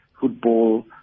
football